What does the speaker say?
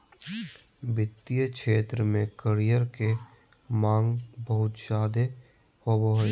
वित्तीय क्षेत्र में करियर के माँग बहुत ज्यादे होबय हय